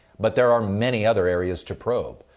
but there are many other areas to probe,